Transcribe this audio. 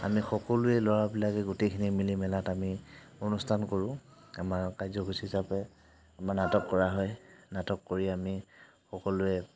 আমি সকলোৱে ল'ৰাবিলাকে গোটেইখিনি মিলি মেলাত আমি অনুষ্ঠান কৰোঁ আমাৰ কাৰ্যসূচী হিচাপে আমাৰ নাটক কৰা হয় নাটক কৰি আমি সকলোৱে